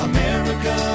America